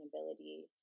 ability